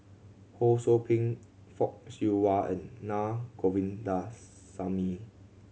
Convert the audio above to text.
Ho Sou Ping Fock Siew Wah and Na Govindasamy